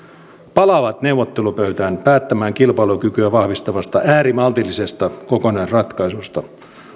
palaavat neuvottelupöytään päättämään kilpailukykyä vahvistavasta äärimaltillisesta kokonaisratkaisusta